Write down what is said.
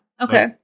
Okay